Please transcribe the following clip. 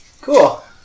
Cool